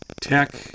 tech